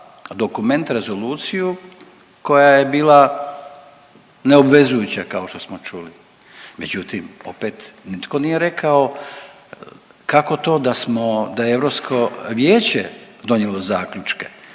dokument rezoluciju koja je bila neobvezujuća kao što smo čuli. Međutim opet nitko nije rekao kako to da smo da je Europsko vijeće donijelo zaključke.